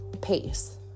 pace